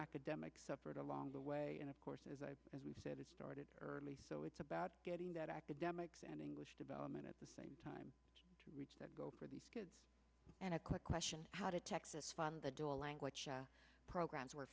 academic suffered along the way and of course as we said it started early so it's about getting that academics and english development at the same time to reach that goal for these kids and a quick question how to texas fund the dual language programs where